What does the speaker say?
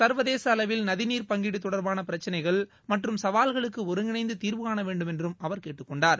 சர்வதேச அளவில் நதிதீர் பங்கீடு தொடர்பான பிரக்சினைகள் மற்றும் சவால்களுக்கு ஒருங்கிணைந்து தீர்வுகாண வேண்டுமென்றும் அவர் கேட்டுக் கொண்டார்